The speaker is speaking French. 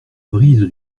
brise